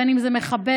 בין שזה מחבל,